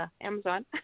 Amazon